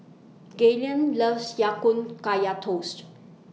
Galen loves Ya Kun Kaya Toast